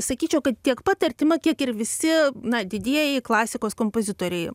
sakyčiau kad tiek pat artima kiek ir visi didieji klasikos kompozitoriai